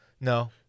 No